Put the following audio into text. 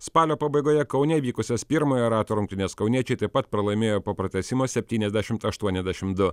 spalio pabaigoje kaune vykusias pirmojo rato rungtynes kauniečiai taip pat pralaimėjo po pratęsimo septyniasdešimt aštuoniasdešimt du